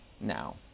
now